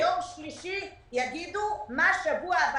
ביום שלישי יגידו מה בשבוע הבא.